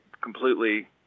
completely